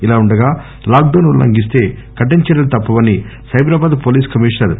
ఇలా ఉండగా lockdown ఉల్లంఘిస్తీ కఠిన చర్యలు తప్పవని సైబరాబాద్ పోలీస్ కమీషనర్ వి